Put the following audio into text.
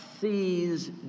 sees